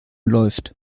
läuft